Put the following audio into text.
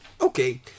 okay